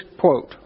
quote